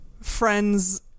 friend's